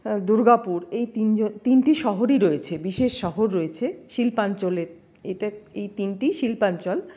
দুর্গাপুর এই তিনজ তিনটি শহরই রয়েছে বিশেষ শহর রয়েছে শিল্পাঞ্চলের এটা এই তিনটিই শিল্পাঞ্চল